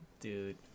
Dude